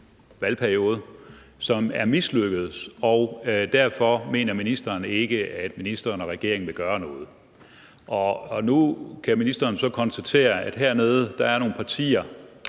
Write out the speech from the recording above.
offentlighedsloven, som er mislykkedes, og derfor mener ministeren ikke, at ministeren og regeringen skal gøre noget. Nu kan ministeren så konstatere, at der hernede er nogle partier,